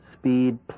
Speed